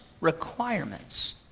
requirements